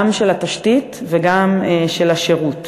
גם של התשתית וגם של השירות.